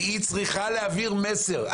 כי היא צריכה להעביר מסר,